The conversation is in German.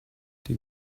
die